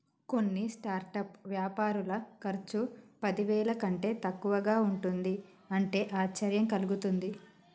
కొన్ని స్టార్టప్ వ్యాపారుల ఖర్చు పదివేల కంటే తక్కువగా ఉంటుంది అంటే ఆశ్చర్యం కలుగుతుంది